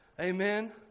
amen